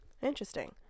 Interesting